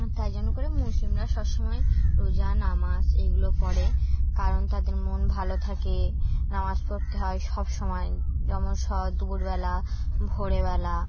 তাই জন্য করে মুসলিমরা সবসময় রোজা নামাজ এইগুলো পড়ে কারণ তাদের মন ভালো থাকে নামাজ পড়তে হয় সব সময় যেমন স দুপুরবেলা ভোরবেলা